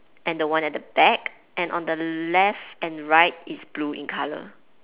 and the one at the back on the left and right is blue in colour